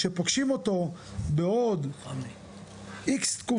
כשפוגשים אותו בעוד X תקופה,